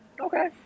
Okay